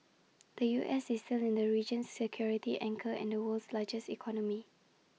the U S is still the region's security anchor and the world's largest economy